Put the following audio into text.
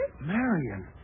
Marion